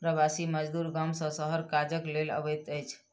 प्रवासी मजदूर गाम सॅ शहर काजक लेल अबैत अछि